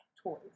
toys